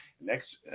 Next